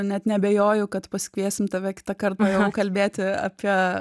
net neabejoju kad pasikviesim tave kitą kartą jau kalbėti apie